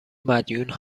مدیون